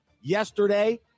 yesterday